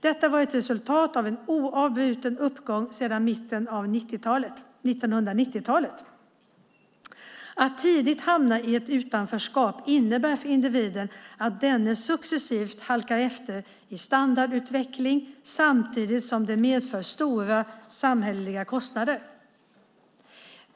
Detta var ett resultat av en oavbruten uppgång sedan mitten av 1990-talet. Att tidigt hamna i ett utanförskap innebär för individen att denne successivt halkar efter i standardutveckling, samtidigt som det medför stora samhälleliga kostnader.